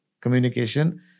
communication